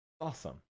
Awesome